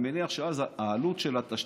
אני מניח שאז העלות של התשתית,